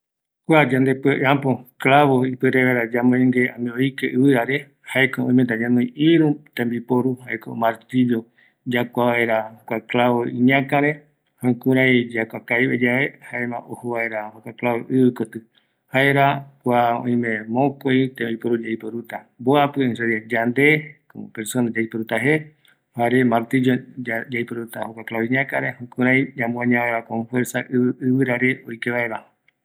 ﻿Kua yandepuere apo clavo ipuere vaera yamongue ani oike ivirare, jaeko oimeta yanoi irü tembiporu jaeko martillo iñakare jükurai yakua kavivoi yave, jaema joko vaera jokua klavo ivikoti, jaera kua oime mokoi tembiporu yaiporuta, mboapi en realidad yande komo persona yaiporuta je jare martillo yaiporuta klavo iñakare, jukurai ñamuaña vaera kon fuerza i ivirare oike vaera